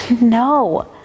no